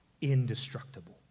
indestructible